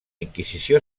inquisició